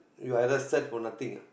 you either sad for nothing ah